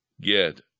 get